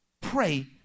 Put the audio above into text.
pray